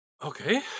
Okay